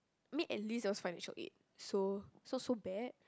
I mean at least there was financial aid so so so bad